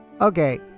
Okay